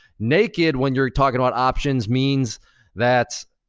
naked, when you're talking about options, means that,